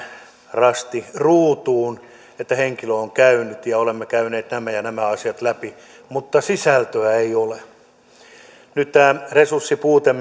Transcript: rasti ruutuun että henkilö on käynyt ja olemme käyneet nämä ja nämä asiat läpi mutta sisältöä ei ole nyt tämä resurssipuute